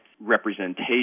representation